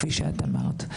כפי שאמרת,